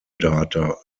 data